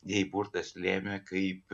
jei burtas lėmė kaip